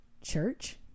church